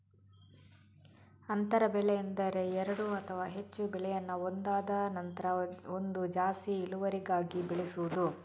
ಅಂತರ ಬೆಳೆ ಎಂದರೆ ಎರಡು ಅಥವಾ ಹೆಚ್ಚು ಬೆಳೆಯನ್ನ ಒಂದಾದ ನಂತ್ರ ಒಂದು ಜಾಸ್ತಿ ಇಳುವರಿಗಾಗಿ ಬೆಳೆಸುದು